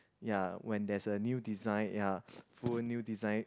ya when there's a new design ya full new design